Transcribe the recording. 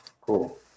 Cool